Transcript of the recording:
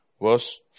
verse